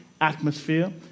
atmosphere